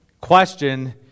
question